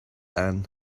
ann